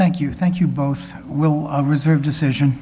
thank you thank you both will reserve decision